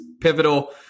pivotal